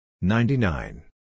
Ninety-nine